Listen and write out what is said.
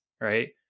right